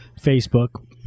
Facebook